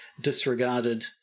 disregarded